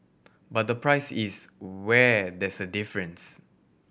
but the price is where there's a difference